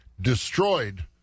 destroyed